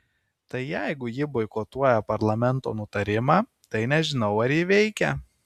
tai jeigu ji boikotuoja parlamento nutarimą tai nežinau ar ji veikia